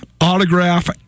autograph